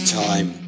time